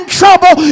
trouble